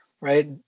right